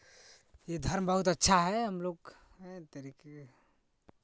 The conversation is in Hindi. ये धर्म बहुत अच्छा है हमलोग